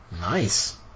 Nice